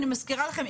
אני מזכירה לכם,